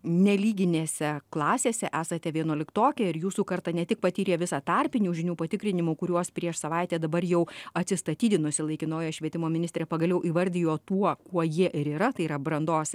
nelyginėse klasėse esate vienuoliktokė ir jūsų karta ne tik patyrė visą tarpinių žinių patikrinimų kuriuos prieš savaitę dabar jau atsistatydinusi laikinoji švietimo ministrė pagaliau įvardijo tuo kuo jie ir yra tai yra brandos